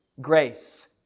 Grace